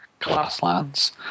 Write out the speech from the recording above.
Classlands